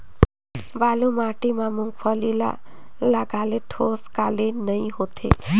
बालू माटी मा मुंगफली ला लगाले ठोस काले नइ होथे?